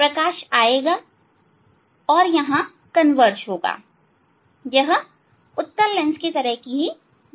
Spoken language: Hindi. प्रकाश आएगा और यह कन्वर्ज होगा यह उत्तल लेंस के तरह की ही बात है